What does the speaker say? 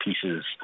pieces